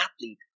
athlete